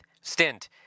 stint